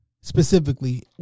specifically